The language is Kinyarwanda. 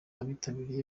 abitabiriye